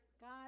God